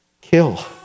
kill